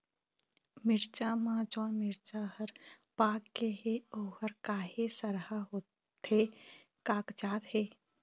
मिरचा म जोन मिरचा हर पाक गे हे ओहर काहे सरहा होथे कागजात हे?